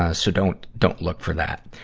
ah so don't, don't look for that.